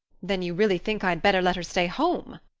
then you really think i'd better let her stay home,